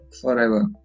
forever